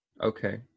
Okay